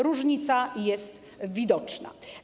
Różnica jest widoczna.